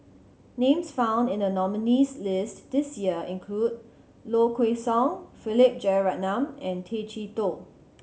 names found in the nominees' list this year include Low Kway Song Philip Jeyaretnam and Tay Chee Toh